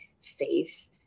faith